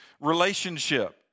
relationship